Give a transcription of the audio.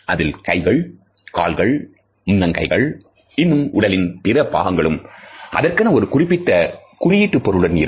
அதில் கைகள் கால்கள் முன்னம் கைகள் இன்னும் உடலின் பிற பாகங்களும் அதற்கென ஒரு குறிப்பிட்ட குறியீட்டு பொருளுடன் இருக்கும்